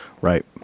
Right